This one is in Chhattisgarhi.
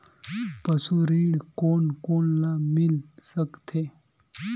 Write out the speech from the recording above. पशु ऋण कोन कोन ल मिल सकथे?